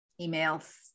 emails